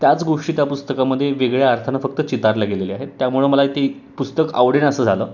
त्याच गोष्टी त्या पुस्तकामध्ये वेगळ्या अर्थानं फक्त चितारल्या गेलेल्या आहेत त्यामुळं मला ते पुस्तक आवडेनासं झालं